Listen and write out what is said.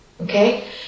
Okay